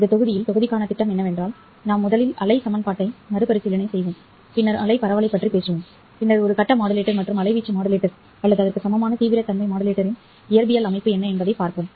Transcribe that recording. இந்த தொகுதியில் தொகுதிக்கான திட்டம் என்னவென்றால் நாம் முதலில் அலை சமன்பாட்டை மறுபரிசீலனை செய்வோம் பின்னர் அலை பரவலைப் பற்றி பேசுவோம் பின்னர் ஒரு கட்ட மாடுலேட்டர் மற்றும் அலைவீச்சு மாடுலேட்டர் அல்லது அதற்கு சமமான தீவிரத்தன்மை மாடுலேட்டரின் இயற்பியல் அமைப்பு என்ன என்பதைப் பார்ப்போம்